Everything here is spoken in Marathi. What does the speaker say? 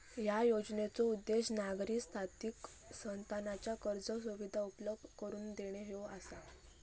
या योजनेचो उद्देश नागरी स्थानिक संस्थांना कर्ज सुविधा उपलब्ध करून देणे ह्यो आसा